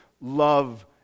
love